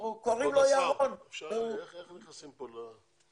שאפשר למנות אותך דרך דרך ארץ.